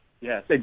Yes